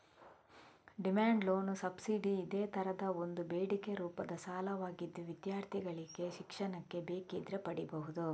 demand loan subsidy ಇದೇ ತರದ ಒಂದು ಬೇಡಿಕೆ ರೂಪದ ಸಾಲವಾಗಿದ್ದು ವಿದ್ಯಾರ್ಥಿಗಳಿಗೆ ಶಿಕ್ಷಣಕ್ಕೆ ಬೇಕಿದ್ರೆ ಪಡೀಬಹುದು